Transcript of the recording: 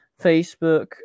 Facebook